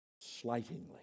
slightingly